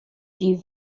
die